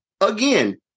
again